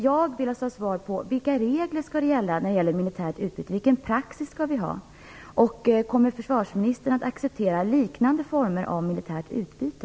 Jag vill ha svar på vilka regler som skall gälla för militärt utbyte. Vilken praxis skall vi ha? Kommer försvarsministern att acceptera liknande former av militärt utbyte?